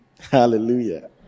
Hallelujah